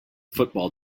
football